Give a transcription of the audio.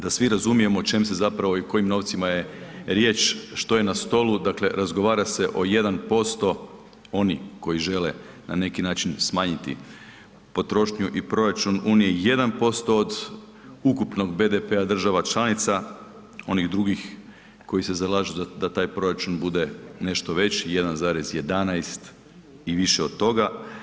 Da svi razumijemo o čem se zapravo i kojim novcima je riječ, što je na stolu, dakle razgovara se o 1% onih koji žele na neki način smanjiti potrošnju i proračun unije 1% od ukupnog BDP-a država članica, onih drugih koji se zalažu da taj proračun bude nešto veći 1,11 i više od toga.